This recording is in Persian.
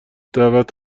دعوت